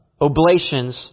oblations